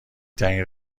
ترین